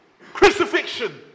crucifixion